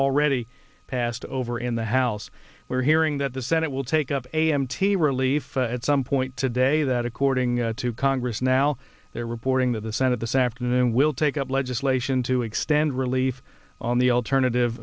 already passed over in the house we're hearing that the senate will take up a m t relief at some point today that according to congress now they're reporting that the senate this afternoon will take up legislation to extend relief on the alternative